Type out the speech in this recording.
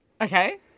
Okay